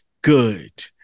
good